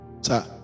Sir